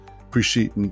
Appreciate